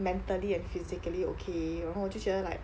mentally and physically okayor not 然后我就觉得 like